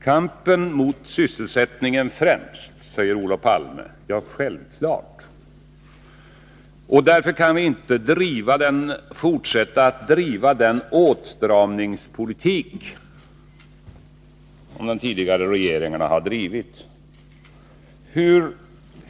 Kampen mot sysselsättningen måste sättas främst, säger Olof Palme. Ja, självfallet. — Därför kan vi inte fortsätta att driva den åtstramningspolitik som de tidigare regeringarna har drivit, säger Olof Palme.